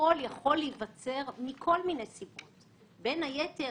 שמונופול יכול להיווצר מכל מיני סיבות, בין היתר